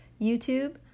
YouTube